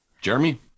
jeremy